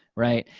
right?